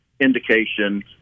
indication